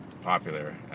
popular